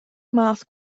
math